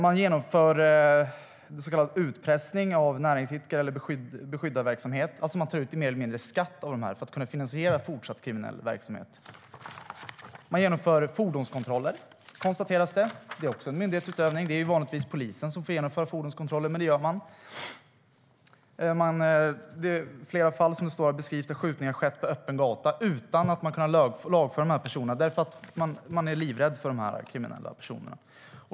Man genomför så kallad beskyddarverksamhet hos näringsidkare och tar alltså mer eller mindre ut skatt av dem för att kunna finansiera fortsatt kriminell verksamhet. Man genomför fordonskontroller, konstateras det. Det är också myndighetsutövning. Det är ju vanligtvis polisen som får genomföra fordonskontroller, men det gör man ändå. I flera fall beskrivs att skjutningar har skett på öppen gata utan att man har kunnat lagföra någon, därför att folk är livrädda för de här kriminella personerna.